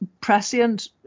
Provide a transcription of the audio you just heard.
prescient